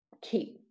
keep